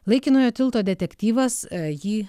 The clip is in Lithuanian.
laikinojo tilto detektyvas jį